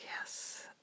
yes